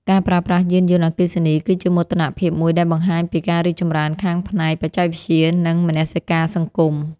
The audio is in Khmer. ការប្រើប្រាស់យានយន្តអគ្គិសនីគឺជាមោទនភាពមួយដែលបង្ហាញពីការរីកចម្រើនខាងផ្នែកបច្ចេកវិទ្យានិងមនសិការសង្គម។